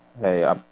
hey